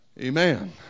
Amen